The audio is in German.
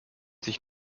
sich